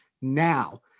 now